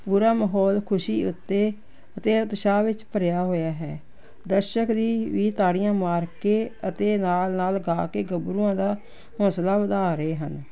ਪੂਰਾ ਮਾਹੌਲ ਖੁਸ਼ੀ ਉੱਤੇ ਅਤੇ ਉਤਸ਼ਾਹ ਵਿੱਚ ਭਰਿਆ ਹੋਇਆ ਹੈ ਦਰਸ਼ਕ ਦੀ ਵੀ ਤਾੜੀਆਂ ਮਾਰ ਕੇ ਅਤੇ ਨਾਲ ਨਾਲ ਗਾ ਕੇ ਗੱਭਰੂਆਂ ਦਾ ਹੌਸਲਾ ਵਧਾ ਰਹੇ ਹਨ